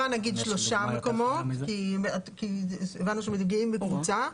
בוא נגיד שלושה מקומות כי הבנו שמגיעים בקבוצה.